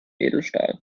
edelstahl